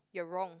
you're wrong